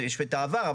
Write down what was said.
יש את העבר,